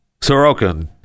Sorokin